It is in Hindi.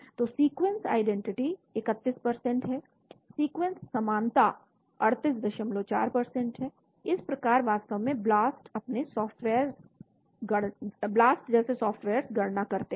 तो सीक्वेंस आईडेंटिटी 31 है सीक्वेंस समानता 384 है इस प्रकार वास्तव में BLAST जैसे सॉफ्टवेयर्स गणना करते हैं